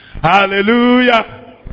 hallelujah